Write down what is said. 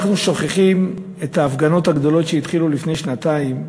אנחנו שוכחים את ההפגנות הגדולות שהתחילו לפני שנתיים,